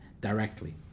directly